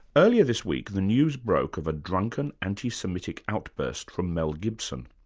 earlier this week, the news broke of a drunken, anti-semitic outburst from mel gibson.